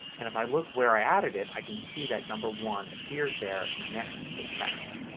and if i look where i added it i can see that number one appears there next to the text.